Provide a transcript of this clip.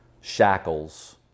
shackles